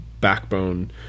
backbone